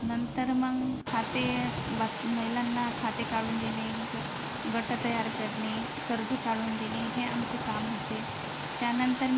नंतर मग खाते बात् महिलांना खाते काढून देणे ग गट तयार करणे कर्ज काढून देणे हे आमचे काम होते त्यानंतर मी